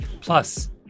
Plus